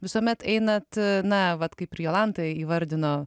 visuomet einat na vat kaip ir jolanta įvardino